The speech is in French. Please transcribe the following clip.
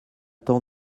temps